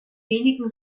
wenigen